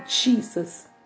Jesus